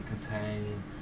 contain